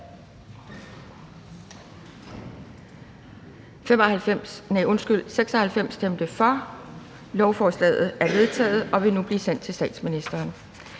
stemte 0. Lovforslaget er vedtaget og vil blive sendt til statsministeren.